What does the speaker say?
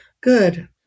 Good